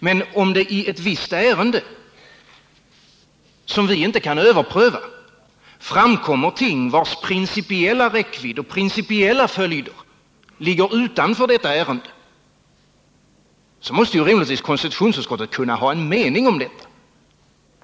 Men om det i ett visst ärende, som vi inte kan överpröva, framkommer ting vilkas principiella räckvidd och principiella följder ligger utanför detta ärende, så måste ju rimligtvis konstitutionsutskottet kunna ha en mening om detta.